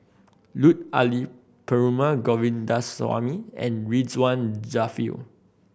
Lut Ali Perumal Govindaswamy and Ridzwan Dzafir